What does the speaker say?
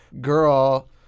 girl